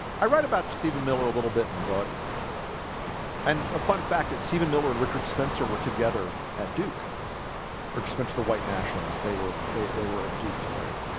i? write about stephen miller a little bit in the book and a fun fact that stephen miller and richard spencer were together at duke or just mentioned the white nationalists. they were they they were at duke together